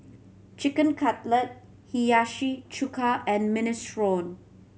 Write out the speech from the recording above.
Chicken Cutlet Hiyashi Chuka and Minestrone